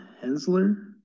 Hensler